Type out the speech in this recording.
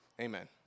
Amen